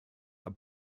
are